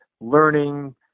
learning